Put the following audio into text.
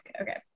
okay